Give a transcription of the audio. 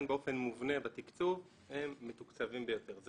באופן מובנה בתקצוב הם מתוקצבים ביותר.